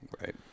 Right